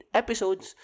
episodes